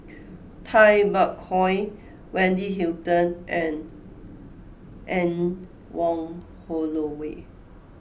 Tay Bak Koi Wendy Hutton and Anne Wong Holloway